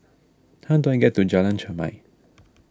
how do I get to Jalan Chermai